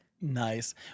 nice